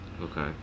Okay